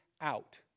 out